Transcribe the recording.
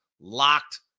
locked